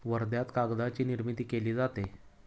वर्ध्यात कागदाची निर्मिती केली जाते